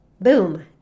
Boom